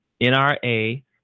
NRA